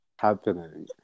happening